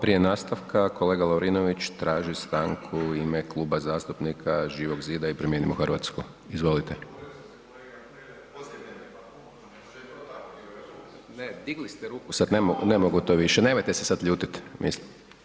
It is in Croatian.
Prije nastavka kolega Lovrinović traži stanku u ime Kluba zastupnika Živog zida i Promijenimo Hrvatsku, izvolite. … [[Upadica iz klupe se ne čuje]] Ne, digli ste ruku, sad ne mogu, ne mogu to više, nemojte se sad ljutit mislim.